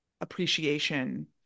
appreciation